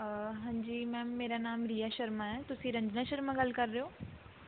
ਹਾਂਜੀ ਮੈਮ ਮੇਰਾ ਨਾਮ ਰੀਆ ਸ਼ਰਮਾ ਹੈ ਤੁਸੀਂ ਰੰਜਨਾ ਸ਼ਰਮਾ ਗੱਲ ਕਰ ਰਹੇ ਹੋ